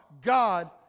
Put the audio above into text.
God